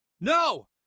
No